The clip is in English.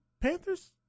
Panthers